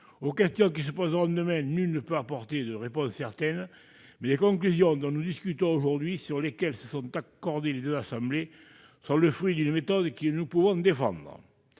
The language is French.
Aux questions qui se poseront demain, nul ne peut encore apporter de réponse certaine ; mais les conclusions dont nous discutons aujourd'hui, sur lesquelles se sont accordées les deux assemblées, sont le fruit d'une méthode que nous pouvons défendre.